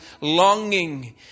longing